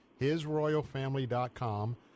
HisRoyalFamily.com